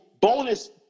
bonus